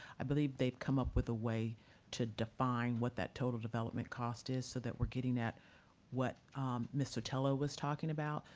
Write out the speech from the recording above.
i believe they've come up with a way to define what that total development cost is so that we're getting that what ms. sotelo was talking about.